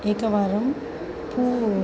एकवारं पू